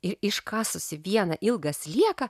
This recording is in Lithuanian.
ir iškasusi vieną ilgą slieką